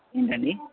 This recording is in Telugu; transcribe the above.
ఏంటండి